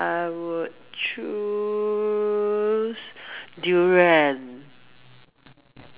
I would choose Durian